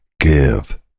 give